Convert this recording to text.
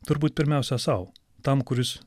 turbūt pirmiausia sau tam kuris